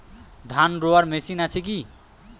ধান রোয়ার মেশিন আছে কি?